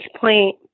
point